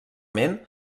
ment